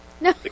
No